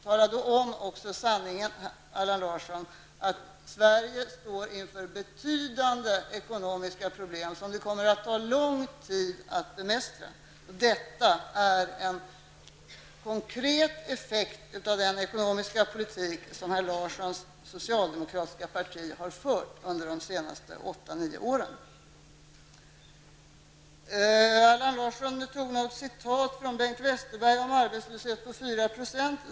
Tala då också om sanningen, Allan Larsson, att Sverige står inför betydande ekonomiska problem, som det kommer att ta lång tid att bemästra. Detta är en konkret effekt av den ekonomiska politik som herr Larssons socialdemokratiska parti har fört under de senaste åta nio åren. Allan Larsson citerade Bengt Westerberg i fråga om en arbetslöshet på 4 %.